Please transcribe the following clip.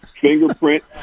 fingerprint